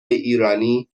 ایرانی